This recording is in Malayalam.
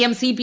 M CP